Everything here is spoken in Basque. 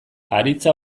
aritza